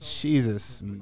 Jesus